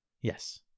Yes